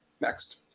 next